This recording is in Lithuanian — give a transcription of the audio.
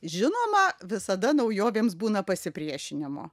žinoma visada naujovėms būna pasipriešinimo